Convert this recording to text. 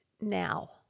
now